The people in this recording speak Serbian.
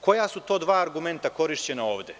Koja su to dva argumenta korišćena ovde?